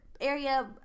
area